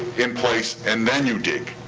in place, and then you dig.